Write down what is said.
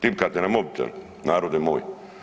Tipkate na mobitel narode moj.